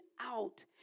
out